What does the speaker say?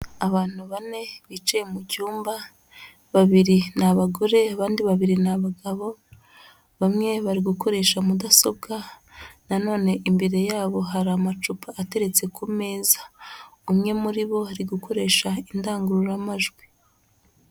Abantu bane, bicaye mu cyumba, babiri ni abagore, abandi babiri ni abagabo, bamwe bari gukoresha mudasobwa, nanone imbere yabo, hari amacupa ateretse ku meza. Umwe muri bo, ari gukoresha indangururamajwi.